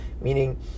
Meaning